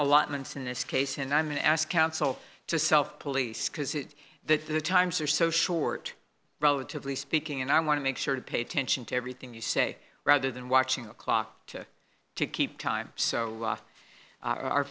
allotments in this case and i'm an ass counsel to self police because it that the times are so short relatively speaking and i want to make sure to pay attention to everything you say rather than watching the clock to keep time so